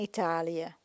Italië